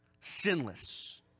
Sinless